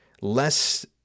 less